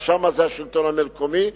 פה זה השלטון המקומי,